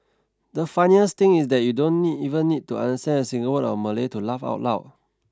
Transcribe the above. the funniest thing is that you don't need even need to understand a single word of Malay to laugh out loud